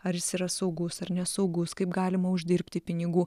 ar jis yra saugus ar nesaugus kaip galima uždirbti pinigų